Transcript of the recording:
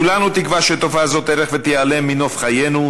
כולנו תקווה שתופעה זו תלך ותיעלם מנוף חיינו,